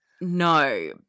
No